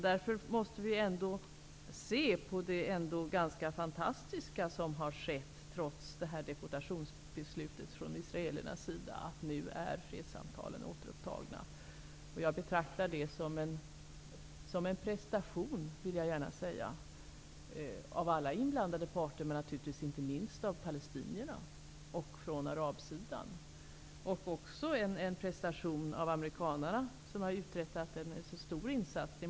Därför måste vi inse att det är något ganska fantastiskt som har skett, trots deportationsbeslutet från israelernas sida, när fredssamtalen nu är återupptagna. Jag betraktar det som en prestation -- det vill jag gärna säga -- av alla inblandade parter men naturligtvis inte minst av palestinierna och från arabsidan. Det är också en prestation av amerikanerna, som har gjort en stor insats.